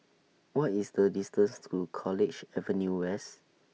What IS The distance to College Avenue West